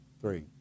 three